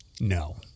No